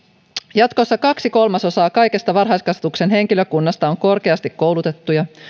jatkossa kaksi kolmasosaa kaikesta varhaiskasvatuksen henkilökunnasta on korkeasti koulutettuja